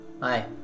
Hi